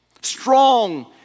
Strong